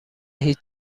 هیچ